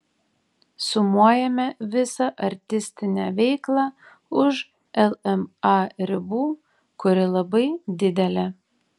sumuojame visą artistinę veiklą už lma ribų kuri labai didelė